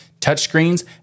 touchscreens